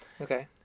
Okay